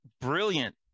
brilliant